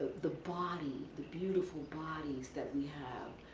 the body, the beautiful bodies that we have.